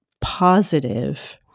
positive